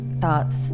thoughts